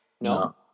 No